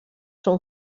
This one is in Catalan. són